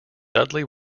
dudley